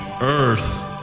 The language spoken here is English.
Earth